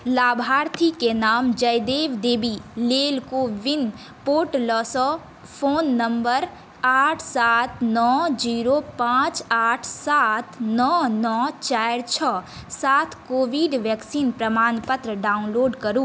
लाभार्थीके नाम जयदेव देवी लेल को विन पोर्टल सँ फोन नंबर क आठ सात नओ जीरो पाँच आठ सात नओ नओ चारि छओ साथ कोविड वैक्सीन प्रमाणपत्र डाउनलोड करु